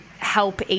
Help